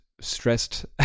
stressed